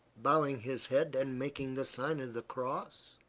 bowing his head and making the sign of the cross.